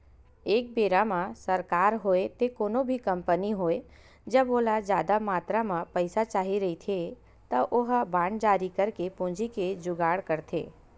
एक बेरा म सरकार होवय ते कोनो भी कंपनी होवय जब ओला जादा मातरा म पइसा चाही रहिथे त ओहा बांड जारी करके पूंजी के जुगाड़ करथे